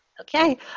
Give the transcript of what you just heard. Okay